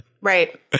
Right